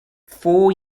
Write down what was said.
four